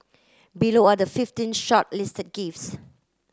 below are the fifteen shortlisted gifts